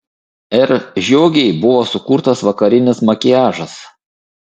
r žiogei buvo sukurtas vakarinis makiažas